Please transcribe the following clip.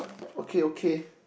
okay okay